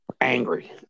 angry